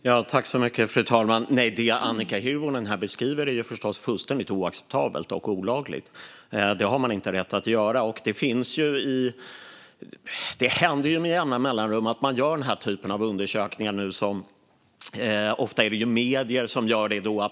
Fru talman! Det Annika Hirvonen beskriver är förstås helt oacceptabelt och olagligt. Så har man inte rätt att göra. Det händer med jämna mellanrum att framför allt medierna göra denna typ av undersökningar.